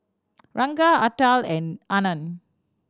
Ranga Atal and Anand